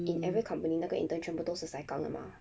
in every company 那个 interns 全部都是 sai kang 的 mah